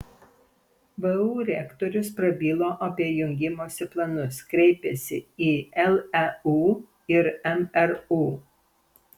vu rektorius prabilo apie jungimosi planus kreipėsi į leu ir mru